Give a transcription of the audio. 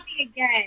again